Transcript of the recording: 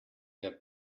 that